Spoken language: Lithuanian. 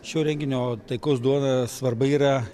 šio renginio taikos duona svarba yra